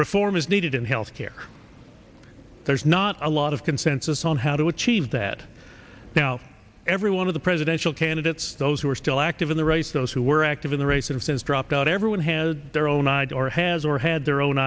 is needed in health care there's not a lot of consensus on how to achieve that now every one of the presidential candidates those who are still active in the race those who were active in the race and since dropped out everyone has their own i'd already has or had their own